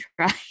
try